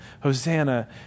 Hosanna